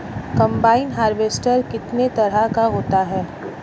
Combine harvester कितने तरह का होता है?